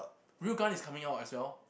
Real Gun is coming out as well